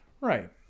Right